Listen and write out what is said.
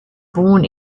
born